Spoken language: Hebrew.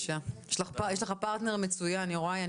יש לך פרטנר מצוין, יוראי.